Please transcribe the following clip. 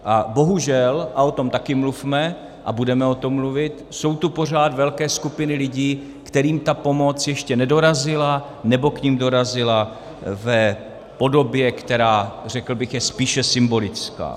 A bohužel, a o tom taky mluvme a budeme o tom mluvit, jsou tu pořád velké skupiny lidí, kterým ta pomoc ještě nedorazila nebo k nim dorazila v podobě, která, řekl bych, je spíše symbolická.